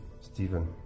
Stephen